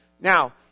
Now